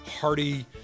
hearty